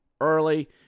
early